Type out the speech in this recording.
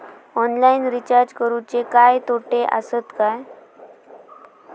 Online recharge करुचे काय तोटे आसत काय?